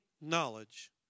knowledge